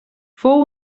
fou